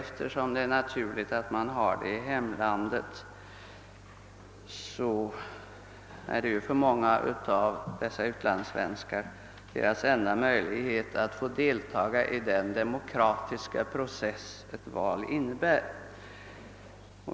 För många av dessa utlandssvenskar är rösträtt i hemlandet deras enda möjlighet att få delta i den demokratiska process ett val innebär.